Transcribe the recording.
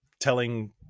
telling